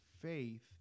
faith